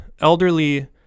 elderly